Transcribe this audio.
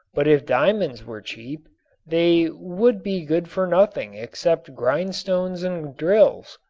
but if diamonds were cheap they would be good for nothing except grindstones and drills.